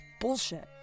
bullshit